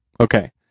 Okay